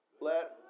Let